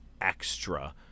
extra